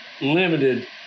limited